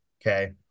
Okay